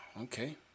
Okay